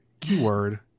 keyword